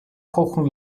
kochen